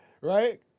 Right